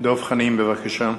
דב חנין, בבקשה.